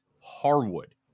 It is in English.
Harwood